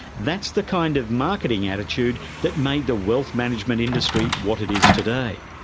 that's the kind of marketing attitude that made the wealth management industry what it is today.